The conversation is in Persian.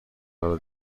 حالا